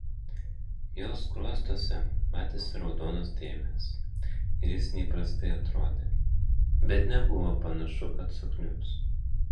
jo skruostuose matėsi raudonos dėmės ir jis neįprastai atrodė bet nebuvo panašu kad sukniubs